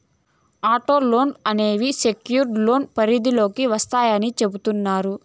auto లోన్లు అనేవి secured లోన్ల పరిధిలోకి వత్తాయని చెబుతున్నారు